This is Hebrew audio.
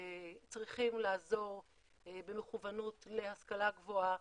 צריכים לעזור במכוונות להשכלה גבוהה,